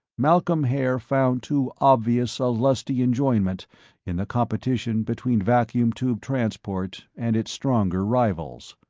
malcolm haer found too obvious a lusty enjoyment in the competition between vacuum tube transport and its stronger rivals.